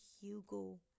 Hugo